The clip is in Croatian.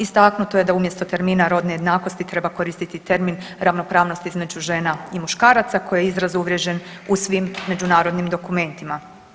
Istaknuto je da umjesto termina „rodne jednakosti“ treba koristiti termini „ravnopravnost između žena i muškaraca“ koji je izraz uvriježen u svim međunarodnim dokumentima.